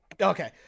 Okay